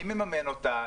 מי מממן אותה?